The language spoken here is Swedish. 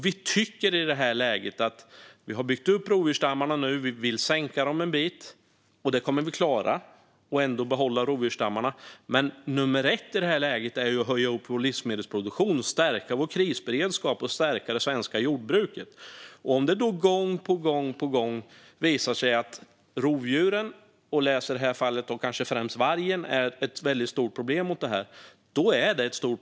Vi tycker i det här läget när rovdjursstammarna har byggts upp och vi vill minska dem, vilket vi kommer att klara och ändå behålla rovdjursstammarna, att nummer ett är att öka livsmedelsproduktionen, stärka krisberedskapen och stärka det svenska jordbruket. Om det gång på gång visar sig att rovdjuren - kanske i det här fallet främst vargen - är ett väldigt stort problem måste det hanteras.